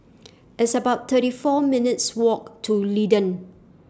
It's about thirty four minutes' Walk to D'Leedon